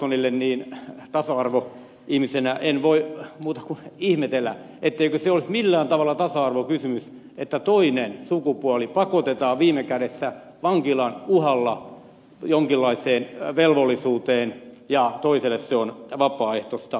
gustafssonille niin tasa arvoihmisenä en voi muuta kuin ihmetellä etteikö se olisi millään tavalla tasa arvokysymys että toinen sukupuoli pakotetaan viime kädessä vankilan uhalla jonkinlaiseen velvollisuuteen ja toiselle se on vapaaehtoista